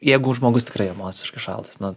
jeigu žmogus tikrai emociškai šaltas nu